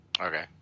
Okay